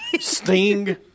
Sting